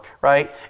Right